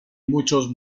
muchos